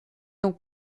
donc